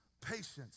patience